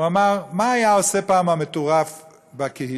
הוא אמר: מה היה עושה פעם המטורף בקהילה?